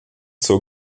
zur